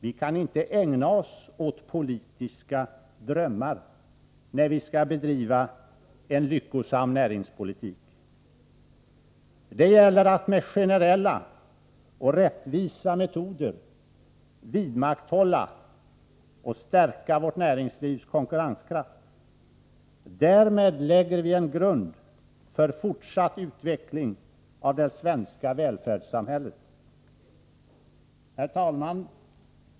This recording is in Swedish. Vi kan inte ägna oss åt politiska drömmar när vi skall bedriva en lyckosam näringspolitik. Det gäller att med generella och rättvisa metoder vidmakthålla och stärka vårt näringslivs konkurrenskraft. Därmed lägger vi en grund för fortsatt utveckling av det svenska välfärdssamhället. Herr talman!